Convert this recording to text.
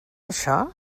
això